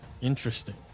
Interesting